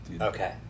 okay